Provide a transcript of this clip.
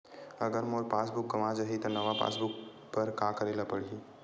अगर मोर पास बुक गवां जाहि त नवा पास बुक बर का करे ल पड़हि?